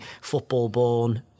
football-born